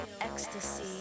ecstasy